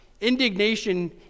Indignation